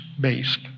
based